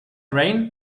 rain